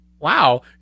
wow